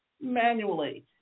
manually